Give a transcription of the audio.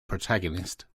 protagonist